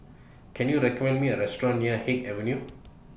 Can YOU recommend Me A Restaurant near Haig Avenue